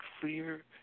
clear